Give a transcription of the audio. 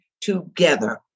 together